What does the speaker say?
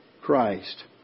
Christ